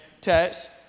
text